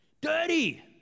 Dirty